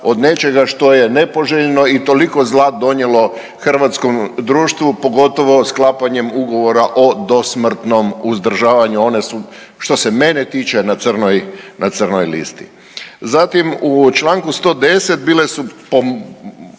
od nečega što je nepoželjno i toliko zla donijelo hrvatskom društvu pogotovo sklapanjem ugovora o dosmrtnom uzdržavanju one su što se mene tiče na crnoj listi. Zatim u članku 110. bile su po mom